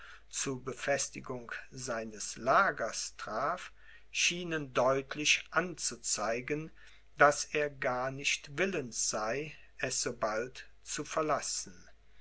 zu befestigung seines lagers traf schienen deutlich anzuzeigen daß er gar nicht willens sei es so bald zu verlassen